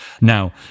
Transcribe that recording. Now